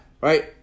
right